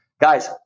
guys